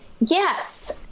Yes